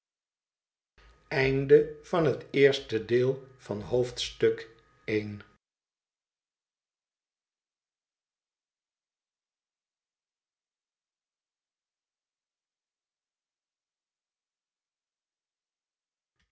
hoofdstuk van het eerste deel van het